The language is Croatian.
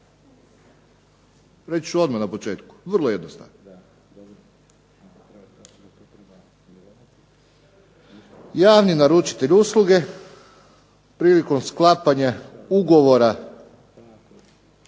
Reći ću odmah na početku, vrlo jednostavan. Javni naručitelj usluge prilikom sklapanja ugovora